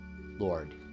Lord